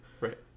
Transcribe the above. Right